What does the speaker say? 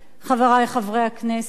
חברי חברי הכנסת,